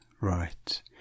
right